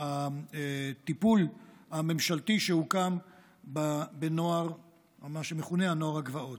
הטיפול הממשלתי שהוקם במה שמכונה נוער הגבעות.